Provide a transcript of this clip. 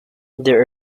there